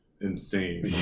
insane